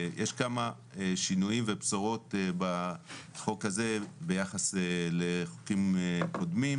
יש כמה שינויים ובשורות בחוק הזה ביחס לחוקים קודמים,